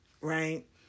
right